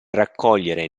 raccogliere